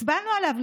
הצבענו עליו,